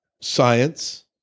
science